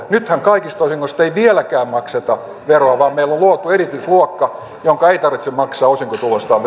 nythän kaikista osingoista ei vieläkään makseta veroa vaan meille on luotu erityisluokka jonka ei tarvitse maksaa osinkotuloistaan